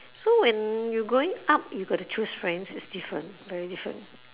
so when you growing up you got to choose friends it's different very different